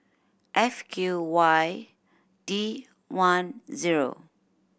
F Q Y D one zero